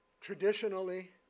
Traditionally